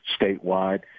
statewide